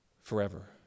forever